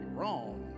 wrong